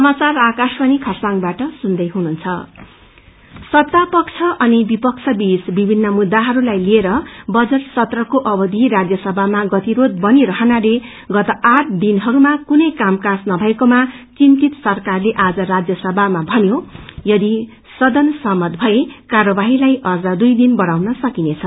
session सत्ता पक्ष अनिविपक्षबीच विभिन्न मुद्दाहस्लाई लिएर बजट सत्रको अवधि राज्यसभामा गतिरोष बनिरहनाले गत आठ दिनहरूमा कुनै कामकाज नमएकोमा चिन्तित सरकारले आज राज्यसभामा भन्नुभयो यदि सदन सहमत भए कार्यवाहीलाई अम्न दुई दिन बढ़ाउन सकिनेछ